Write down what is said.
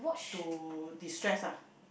to destress ah